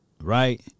right